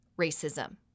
racism